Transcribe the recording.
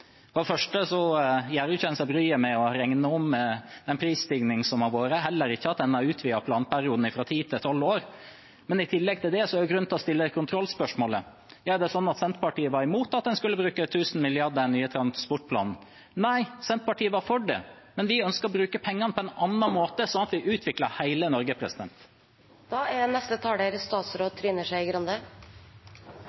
For det første tar en seg ikke bryet med å regne om den prisstigningen som har vært, og heller ikke at man har utvidet planperioden fra ti til tolv år. I tillegg til det er det grunn til å stille kontrollspørsmålet: Er det sånn at Senterpartiet var imot at en skulle bruke 1 000 mrd. kr i den nye transportplanen? Nei, Senterpartiet var for det, men vi ønsker å bruke pengene på en annen måte, sånn at vi utvikler hele Norge. Jeg vet at dette budsjettet er